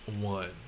one